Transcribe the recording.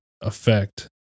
effect